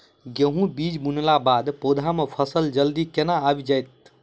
गेंहूँ बीज बुनला बाद पौधा मे फसल जल्दी केना आबि जाइत?